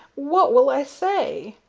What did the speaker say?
what will i say?